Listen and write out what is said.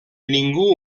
ningú